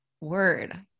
word